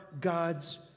God's